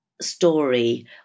story